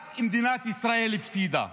רק מדינת ישראל הפסידה.